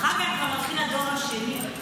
אחר כך כבר מתחיל הדור השני,